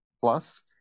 plus